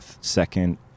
second